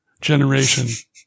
generation